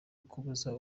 kubuza